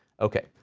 okay,